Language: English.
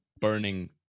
burning